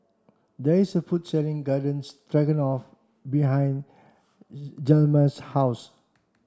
there is a food selling Garden Stroganoff behind Hjalmer's house